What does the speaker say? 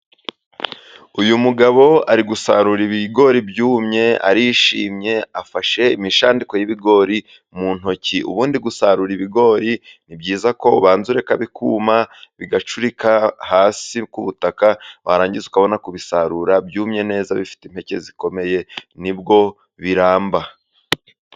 Uyu mugabo ari gusarura ibigori byumye, arishimye, afashe imishandiko y’ibigori mu ntoki. Ubundi, gusarura ibigori ni byiza ko ubanza ureka bikuma, bigacurika hasi ku butaka, warangiza ukabona kubisarura byumye neza, bifite impeke zikomeye, nibwo biramba.